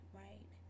right